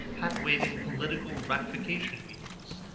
hat-waving political ratification meetings,